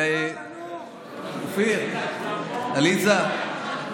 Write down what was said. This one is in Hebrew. אופיר, עליזה.